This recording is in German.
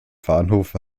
bahnhof